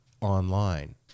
online